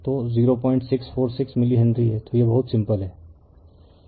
तो 0646 milli henry हैं तो यह बहुत सिंपल है